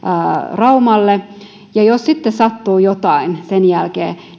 raumalle ja jos sitten sattuu jotain sen